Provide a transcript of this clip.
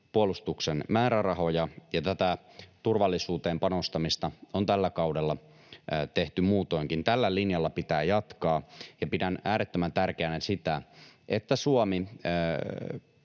puolustuksen määrärahoja ja tätä turvallisuuteen panostamista on tällä kaudella tehty muutoinkin. Tällä linjalla pitää jatkaa, ja pidän äärettömän tärkeänä sitä, että Suomi